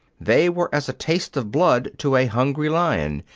they were as a taste of blood to a hungry lion.